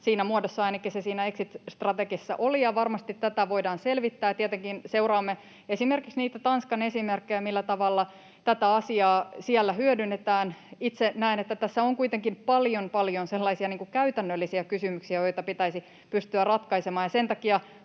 Siinä muodossa ainakin se siinä exit-strategiassa oli. Ja varmasti tätä voidaan selvittää, ja tietenkin seuraamme esimerkiksi niitä Tanskan esimerkkejä, millä tavalla tätä asiaa siellä hyödynnetään. Itse näen, että tässä on kuitenkin paljon, paljon sellaisia käytännöllisiä kysymyksiä, joita pitäisi pystyä ratkaisemaan,